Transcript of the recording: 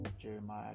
Jeremiah